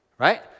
Right